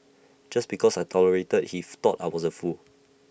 just because I tolerated he thought I was A fool